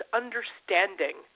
understanding